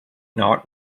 not